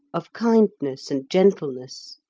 of kindness and gentleness.